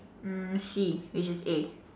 mm see which is A